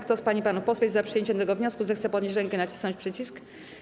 Kto z pań i panów posłów jest za przyjęciem tego wniosku, zechce podnieść rękę i nacisnąć przycisk.